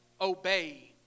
obey